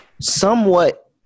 somewhat